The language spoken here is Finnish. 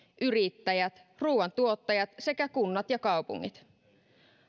yrittäjät ruuantuottajat sekä kunnat ja kaupungit